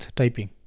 typing